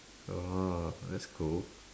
orh that's cool